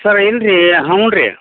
sir ಇಲ್ಲ ರಿ ಹ್ಞೂ ರಿ